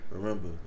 Remember